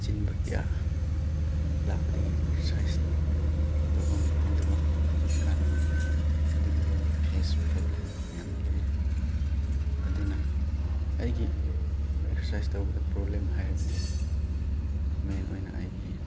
ꯑꯆꯤꯟꯕ ꯀꯌꯥ ꯂꯥꯛꯄꯗꯒꯤ ꯑꯦꯛꯁꯔꯁꯥꯏꯁ ꯇꯧꯕ ꯉꯝꯍꯧꯗꯕ ꯀꯥꯟ ꯑꯗꯨꯒꯨꯝꯕꯒꯤ ꯐꯦꯁ ꯄ꯭ꯔꯣꯕ꯭ꯂꯦꯝ ꯌꯥꯝꯅ ꯂꯩ ꯑꯗꯨꯅ ꯑꯩꯒꯤ ꯑꯦꯛꯁꯔꯁꯥꯏꯁ ꯇꯧꯕꯗ ꯄ꯭ꯔꯣꯕ꯭ꯂꯦꯝ ꯍꯥꯏꯔꯒꯗꯤ ꯃꯦꯟ ꯑꯣꯏꯅ ꯑꯩꯒꯤ